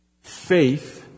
faith